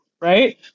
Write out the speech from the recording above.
right